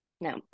no